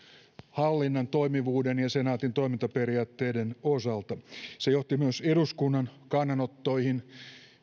hallinnan toimivuuden ja senaatin toimintaperiaatteiden osalta se johti myös eduskunnan kannanottoihin